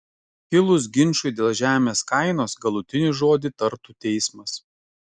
kilus ginčui dėl žemės kainos galutinį žodį tartų teismas